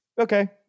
okay